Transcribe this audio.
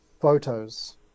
photos